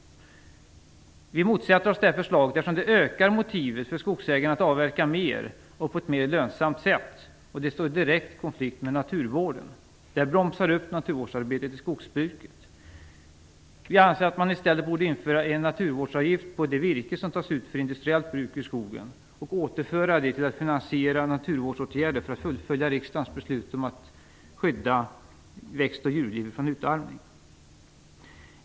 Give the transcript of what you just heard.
Vi motsätter oss det förslaget därför att det ökar motivet för skogsägarna att avverka mer och på ett mer lönsamt sätt, och det står i direkt konflikt med naturvården. Det bromsar upp naturvårdsarbetet inom skogsbruket. Vi anser att man i stället borde införa en naturvårdsavgift på det virke som tas ut för industriellt bruk i skogen och återföra den till att finansiera naturvårdsåtgärder för att fullfölja riksdagens beslut om att skydda växt och djurliv från utarmning.